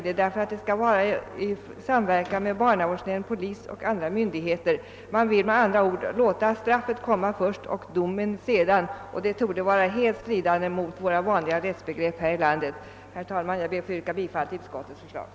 Det skall ske i samverkan med barnavårdsnämnd, polis och andra myndigheter. Man vill med andra ord låta straffet komma först och domen sedan, vilket torde vara helt stridande mot våra vanliga rättsbegrepp här i landet. Herr talman! Jag ber att få yrka bifall till utskottets hemställan.